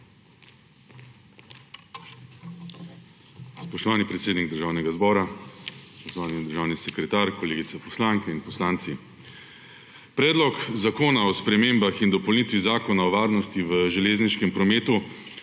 Spoštovani predsednik Državnega zbora, spoštovani državni sekretar, kolegice poslanke in poslanci! Predlog zakona o spremembah in dopolnitvah Zakona o varnosti v železniškem prometu